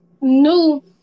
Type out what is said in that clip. new